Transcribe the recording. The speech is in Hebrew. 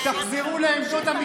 די כבר עם הצביעות.